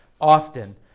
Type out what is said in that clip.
often